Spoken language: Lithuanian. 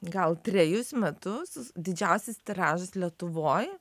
gal trejus metus didžiausias tiražas lietuvoj